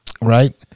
Right